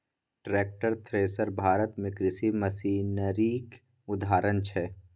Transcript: tractor, thresher Bharat मे कृषि मशीनरीक उदाहरण छै